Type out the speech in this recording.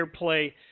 airplay